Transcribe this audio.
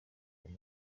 bava